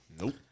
nope